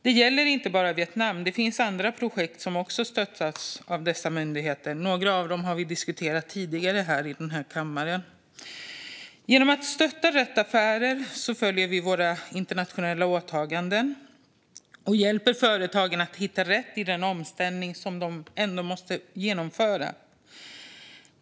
Det gäller inte bara Vietnam; det finns andra projekt som också stöttats av EKN och SEK. Några av dem har vi diskuterat tidigare i den här kammaren. Genom att stötta rätt affärer följer vi våra internationella åtaganden och hjälper företagen att hitta rätt i den omställning de måste genomföra.